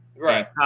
right